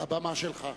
הבמה שלך.